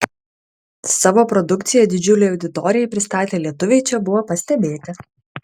savo produkciją didžiulei auditorijai pristatę lietuviai čia buvo pastebėti